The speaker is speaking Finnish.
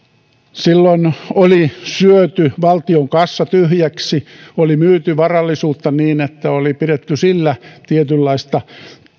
silloin oli syöty valtion kassa tyhjäksi oli myyty varallisuutta niin että oli pidetty sillä tietynlaista